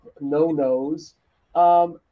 no-nos